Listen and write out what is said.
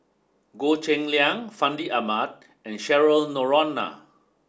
Goh Cheng Liang Fandi Ahmad and Cheryl Noronha